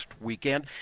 weekend